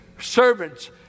servants